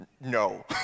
No